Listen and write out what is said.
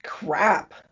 crap